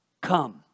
come